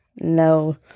No